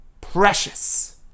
Precious